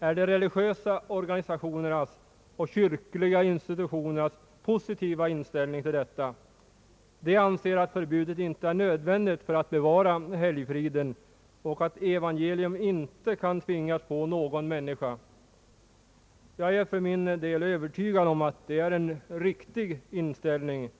är de religiösa organisationernas och de kyrkliga institutionernas positiva inställning till detta. De anser att ett förbud inte är nödvändigt för att bevara helgfriden och att evangelium inte kan tvingas på någon människa. Jag är för min del övertygad om att det är en riktig inställning.